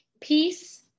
peace